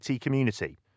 community